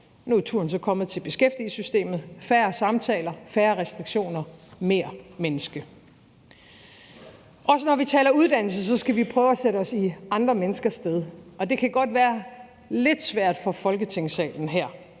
Nu er turen så kommet til beskæftigelsessystemet: færre samtaler, færre restriktioner, mere menneske. Også når vi taler uddannelse, skal vi prøve at sætte os i andre menneskers sted, og det kan godt være lidt svært at gøre her